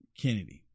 Kennedy